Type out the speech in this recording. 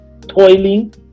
toiling